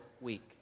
week